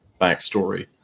backstory